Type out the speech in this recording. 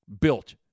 built